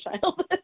childhood